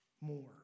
more